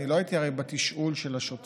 הרי אני לא הייתי בתשאול של השוטרים